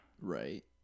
Right